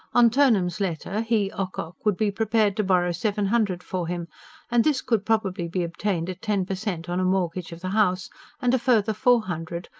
on turnham's letter he, ocock, would be prepared to borrow seven hundred for him and this could probably be obtained at ten per cent on a mortgage of the house and a further four hundred,